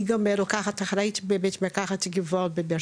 אני גם רוקחת אחראית בבית מרקחת גבעול בבאר